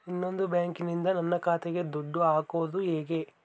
ಇನ್ನೊಂದು ಬ್ಯಾಂಕಿನಿಂದ ನನ್ನ ಖಾತೆಗೆ ದುಡ್ಡು ಹಾಕೋದು ಹೇಗೆ?